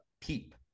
peep